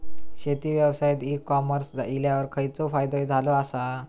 शेती व्यवसायात e commerce इल्यावर खयचो फायदो झालो आसा?